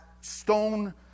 stone